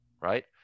Right